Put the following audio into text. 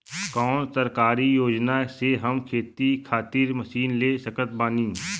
कौन सरकारी योजना से हम खेती खातिर मशीन ले सकत बानी?